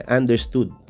understood